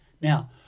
Now